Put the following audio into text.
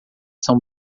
são